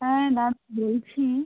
হ্যাঁ বাস পেয়েছি